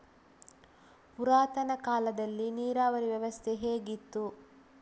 ಪುರಾತನ ಕಾಲದಲ್ಲಿ ನೀರಾವರಿ ವ್ಯವಸ್ಥೆ ಹೇಗಿತ್ತು?